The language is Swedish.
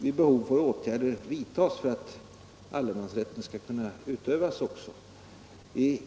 Vid behov får åtgärder vidtagas för att allemansrätten skall kunna utövas.